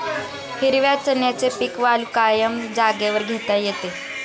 हिरव्या चण्याचे पीक वालुकामय जागेवर घेता येते